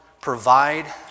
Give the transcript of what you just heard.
provide